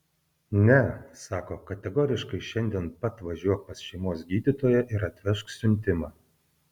ne sako kategoriškai šiandien pat važiuok pas šeimos gydytoją ir atvežk siuntimą